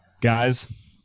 Guys